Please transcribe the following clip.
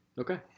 Okay